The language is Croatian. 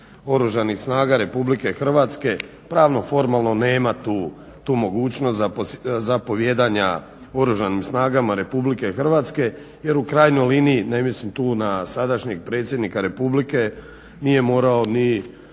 Oružanih snaga RH pravno-formalno nema tu mogućnost zapovijedanja Oružanim snagama RH jer u krajnjoj liniji, ne mislim tu na sadašnje predsjednika Republike, nije morao da